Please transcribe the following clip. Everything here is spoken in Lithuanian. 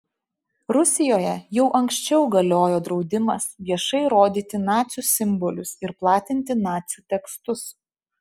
rusijoje jau anksčiau galiojo draudimas viešai rodyti nacių simbolius ir platinti nacių tekstus